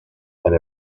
and